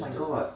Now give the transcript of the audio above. oh my god